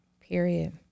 Period